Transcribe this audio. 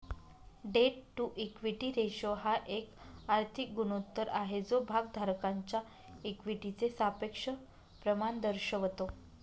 date to equity ratio हा एक आर्थिक गुणोत्तर आहे जो भागधारकांच्या इक्विटीचे सापेक्ष प्रमाण दर्शवतो